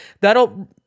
that'll